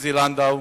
עוזי לנדאו